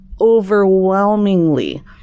overwhelmingly